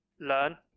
learn